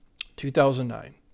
2009